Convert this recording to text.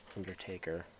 Undertaker